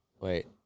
Wait